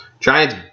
Giants